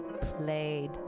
played